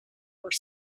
were